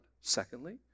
Secondly